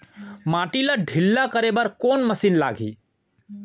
माटी ला ढिल्ला करे बर कोन मशीन लागही?